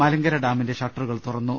മലങ്കര ഡാമിന്റെ ഷട്ടറുകൾ തുറന്നു